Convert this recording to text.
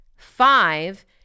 Five